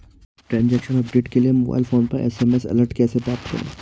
Transaction update के लिए mobile phone पर एस.एम.एस अलर्ट कैसे प्राप्त करें?